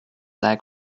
leg